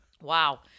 Wow